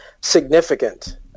significant